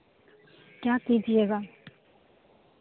किया कीजिएगा